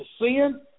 sin